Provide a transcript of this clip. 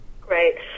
Great